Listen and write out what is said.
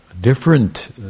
different